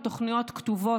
התוכניות כתובות.